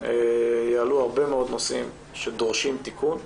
יעלו הרבה מאוד נושאים שדורשים תיקון,